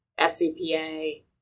FCPA